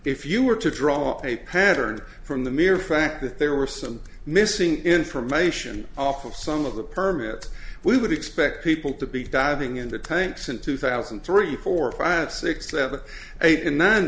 if you were to draw a pattern from the mere fact that there were some missing information off of some of the permits we would expect people to be diving in the tank since two thousand and three four five six seven eight and